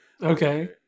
Okay